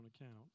account